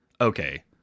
okay